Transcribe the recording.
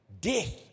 death